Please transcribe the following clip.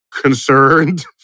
concerned